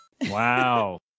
Wow